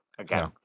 Okay